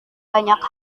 banyak